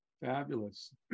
Fabulous